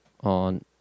on